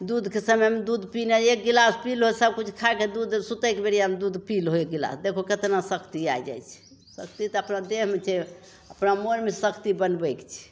दूधके समयमे दूध पीनाय एक गिलास पी लहो सब किछु खायके सुतयके बेरियामे दूध पी लहो एक गिलास देखहो केतना शक्ति आइ जाइ छै शक्ति तऽ अपना देहमे छै अपना मोनमे शक्ति बनबयके छै